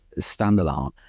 standalone